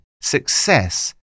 Success